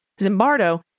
Zimbardo